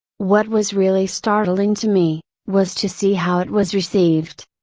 what was really startling to me, was to see how it was received.